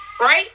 right